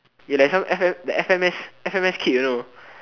you like some f_m~ the f_m_s~ kid you know